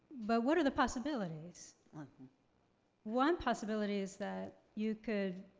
but what are the possibilities? one one possibility is that you could,